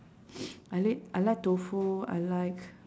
I li~ I like tofu I like